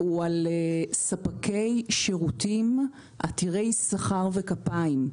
על ספקי שירותים עתירי שכר וכפיים,